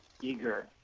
eager